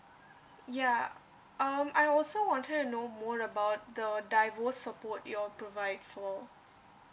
ya um I also wanted to know more about the divorce support you all provide for